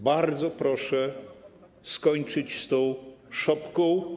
Bardzo proszę skończyć z tą szopką.